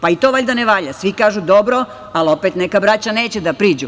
Pa, i to valjda ne valja, svi kažu dobro, ali opet neka braća da priđu.